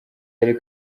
ari